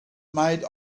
made